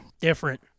different